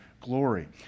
glory